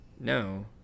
no